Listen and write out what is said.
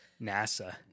NASA